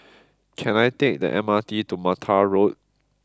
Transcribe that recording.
can I take the M R T to Mattar Road